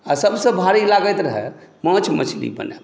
आओर सबसँ भारी लागैत रहए माछ मछली बनाएब